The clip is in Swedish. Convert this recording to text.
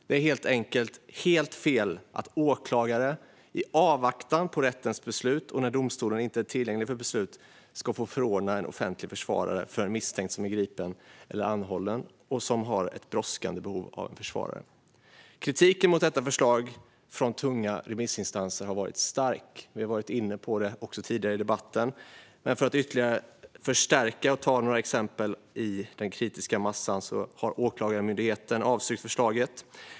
Det är helt enkelt helt fel att åklagare, i avvaktan på rättens beslut och när domstolen inte är tillgänglig för beslut, ska få förordna en offentlig försvarare för en misstänkt som är gripen eller anhållen och som har ett brådskande behov av en försvarare. Kritiken mot detta förslag från tunga remissinstanser har varit stark. Vi har varit inne på det tidigare i debatten. Jag kan ytterligare förstärka det och ta några exempel i den kritiska massan. Åklagarmyndigheten har avstyrkt förslaget.